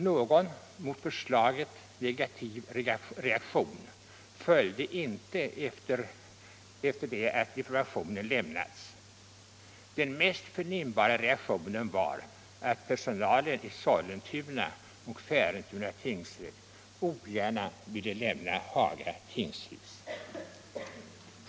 Någon mot förslaget negativ reaktion följde inte efter det att informationen lämnats. Den mest förnimbara reaktionen var att personalen i Sollentuna och Färentuna tingsrätt ogärna ville lämna Haga tingshus.